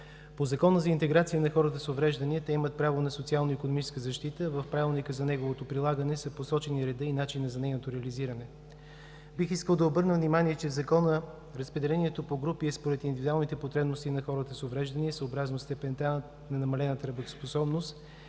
По Закона за интеграция на хората с увреждания те имат право на социално-икономическа защита. В Правилника за неговото прилагане са посочени редът и начинът за нейното реализиране. Бих искал да обърна внимание, че в Закона разпределението по групи е според индивидуалните потребности на хората с увреждания, съобразно степента на намалената работоспособност